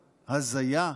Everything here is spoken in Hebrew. הזיה,